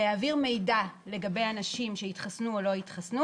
להעביר מידע לגבי אנשים שהתחסנו או לא התחסנו